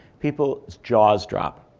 people's jaws drop,